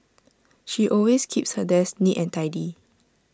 she always keeps her desk neat and tidy